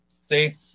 See